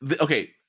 okay